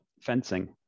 fencing